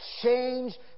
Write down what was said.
change